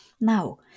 Now